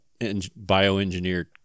bioengineered